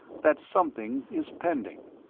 that something is pending.